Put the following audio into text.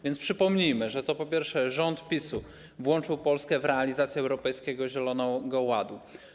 Więc przypomnijmy, po pierwsze, że to rząd PiS-u włączył Polskę w realizację Europejskiego Zielonego Ładu.